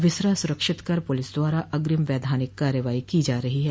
विसरा सुरक्षित कर पुलिस द्वारा अग्रिम वैधानिक कार्यवाही की जा रही है